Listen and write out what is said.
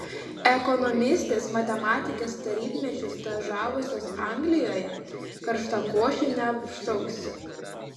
ekonomistės matematikės tarybmečiu stažavusios anglijoje karštakoše neapšauksi